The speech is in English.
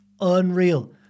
unreal